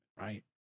right